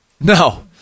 No